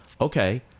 Okay